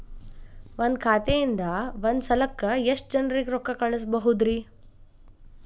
ಒಂದ್ ಖಾತೆಯಿಂದ, ಒಂದ್ ಸಲಕ್ಕ ಎಷ್ಟ ಜನರಿಗೆ ರೊಕ್ಕ ಕಳಸಬಹುದ್ರಿ?